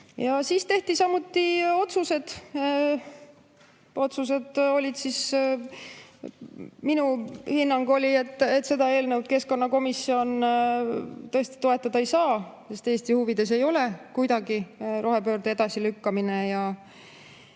Siis tehti otsused. Minu hinnang oli, et seda eelnõu keskkonnakomisjon tõesti toetada ei saa, sest Eesti huvides ei ole kuidagi rohepöörde edasilükkamine,